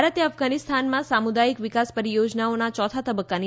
ભારતે અફઘાનિસ્તાનમાં સામુદાયિક વિકાસ પરિયોજનાઓના યોથા તબક્કાની